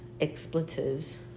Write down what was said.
expletives